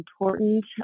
important